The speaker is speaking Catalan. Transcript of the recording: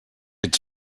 ets